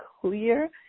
clear